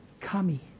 Kami